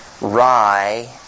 rye